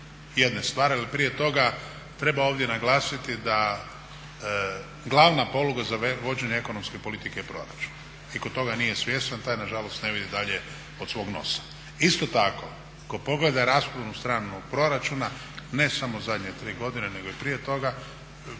jedne stvari. Ali prije toga treba ovdje naglasiti da glavna poluga za vođenje ekonomske politike je proračun i tko toga nije svjestan taj nažalost ne vidi dalje od svog nosa. Isto tako tko pogleda rashodovnu stranu proračuna, ne samo zadnje 3 godine nego i prije toga